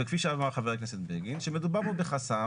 וכפי שאמר חבר הכנסת בגין, שמדובר פה בחסם